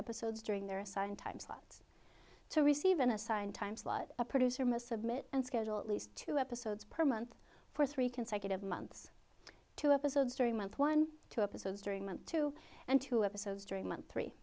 episodes during their assigned time slots to receive an assigned timeslot a producer must submit and schedule at least two episodes per month for three consecutive months two episodes three month one two episodes during month two and two episodes during month three